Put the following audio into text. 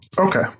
Okay